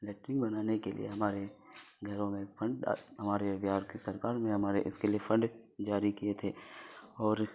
latrine بنانے کے لیے ہمارے گھروں میں فنڈ ہمارے بہار کے سرکار میں ہمارے اس کے لیے فنڈ جاری کیے تھے اور